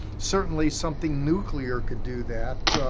certainly something nuclear could do that.